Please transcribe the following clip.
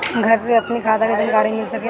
घर से अपनी खाता के जानकारी मिल सकेला?